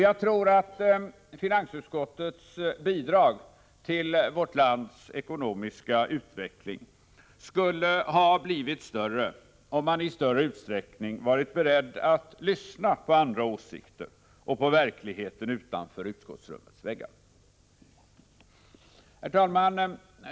Jag tror att finansutskottets bidrag till vårt lands ekonomiska utveckling skulle ha blivit större, om man i större utsträckning varit beredd att lyssna på andras åsikter och på verkligheten utanför utskottsrummets väggar. Herr talman!